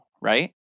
right